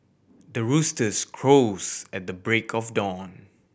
the roosters crows at the break of dawn